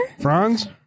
Franz